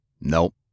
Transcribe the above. Nope